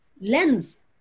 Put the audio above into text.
lens